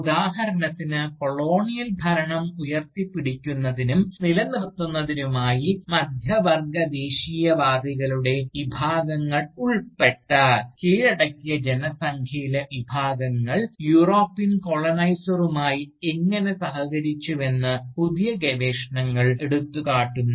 ഉദാഹരണത്തിന് കൊളോണിയൽ ഭരണം ഉയർത്തിപ്പിടിക്കുന്നതിനും നിലനിർത്തുന്നതിനുമായി മധ്യവർഗ ദേശീയവാദികളുടെ വിഭാഗങ്ങൾ ഉൾപ്പെടെ കീഴടക്കിയ ജനസംഖ്യയിലെ വിഭാഗങ്ങൾ യൂറോപ്യൻ കോളനൈസറുമായി എങ്ങനെ സഹകരിച്ചുവെന്ന് പുതിയ ഗവേഷണങ്ങൾ എടുത്തുകാണിക്കുന്നു